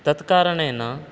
तत्कारणेन